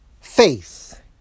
faith